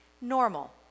normal